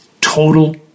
Total